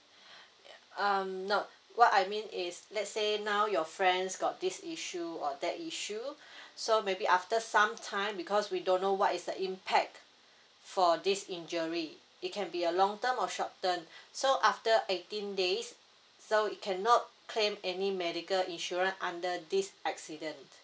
um no what I mean is let's say now your friends got this issue or that issue so maybe after some time because we don't know what is the impact for this injury it can be a long term of short term so after eighteen days so it cannot claim any medical insurance under this accident